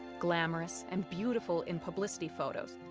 glamorous and beautiful in publicity photos,